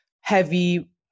heavy